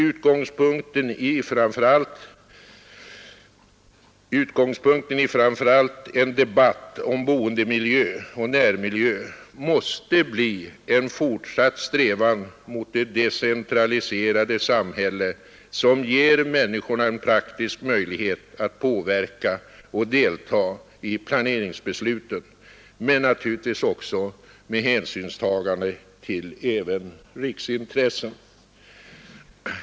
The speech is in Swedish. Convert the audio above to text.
Utgångspunkten i framför allt en debatt om boendemiljö och närmiljö måste bli en fortsatt strävan mot det decentraliserade samhälle som ger människorna en praktisk möjlighet att påverka och delta i planeringsbesluten, naturligtvis med hänsynstagande även till riksintressen.